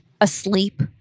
asleep